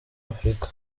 afurika